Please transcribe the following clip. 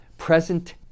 present